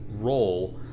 role